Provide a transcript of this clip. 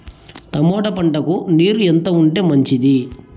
Tomato పంటకు నీరు ఎంత ఉంటే మంచిది?